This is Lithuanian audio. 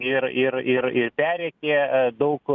ir ir ir ir perrėkė a daug